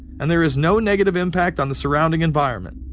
and there is no negative impact on the surrounding environment,